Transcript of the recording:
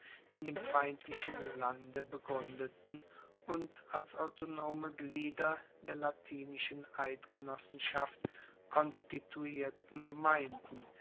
in dem feindlichen lande begruendeten und als autonome glieder der latinischen eidgenossenschaft konstituierten gemeinden